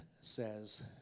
says